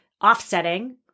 offsetting